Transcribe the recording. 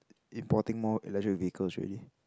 importing more electric vehicles already